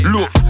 Look